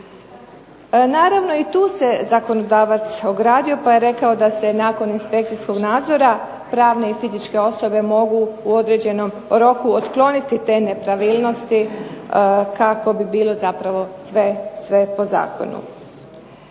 Naravno i tu se zakonodavac ogradio i rekao da se nakon inspekcijskog nadzora pravne i fizičke osobe mogu u određenom roku otkloniti te nepravilnosti kako bi bilo sve po zakonu.